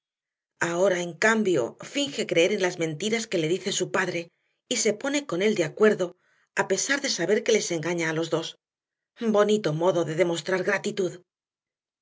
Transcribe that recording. ahora en cambio finge creer en las mentiras que le dice su padre y se pone con él de acuerdo a pesar de saber que les engaña a los dos bonito modo de demostrar gratitud